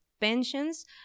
pensions